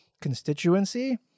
constituency